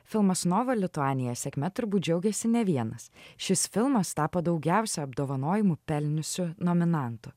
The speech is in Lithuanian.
filmas nova lituanija sėkme turbūt džiaugiasi ne vienas šis filmas tapo daugiausiai apdovanojimų pelniusiu nominantu